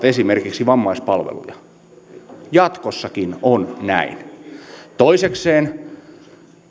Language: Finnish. esimerkiksi vammaispalveluja jatkossakin on näin toisekseen